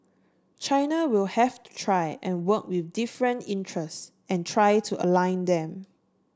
China will have to try and work with different interests and try to align them